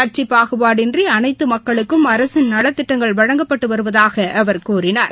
கட்சி பாகுபாடின்றி அனைத்து மக்களுக்கும் அரசின் நலத்திட்டங்கள் வழங்கப்பட்டு வருவதாக அவர் கூறினார்